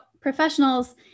professionals